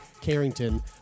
Carrington